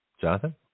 Jonathan